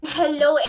hello